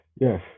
yes